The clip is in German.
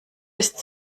ist